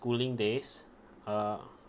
~chooling days uh